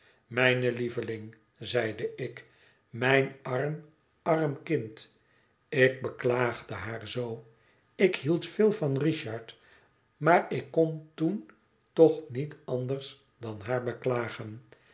mijne lieveling zeide ik mijn arm arm kind ik beklaagde haar zoo ik hield veel van richard maar ik kon toen toch niet anders dan haar beklagen